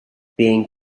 being